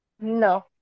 No